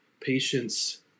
patience